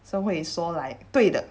so 会说 like 对的